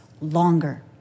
longer